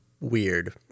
weird